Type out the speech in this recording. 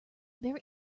there